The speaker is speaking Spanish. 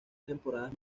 temporadas